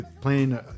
playing